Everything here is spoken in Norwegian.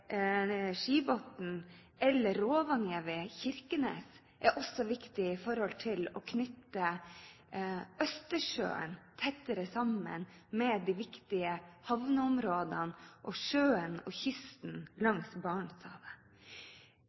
Kolari–Skibotn eller Rovaniemi–Kirkenes er også viktige med tanke på å knytte Østersjøen tettere sammen med de viktige havneområdene og kysten langs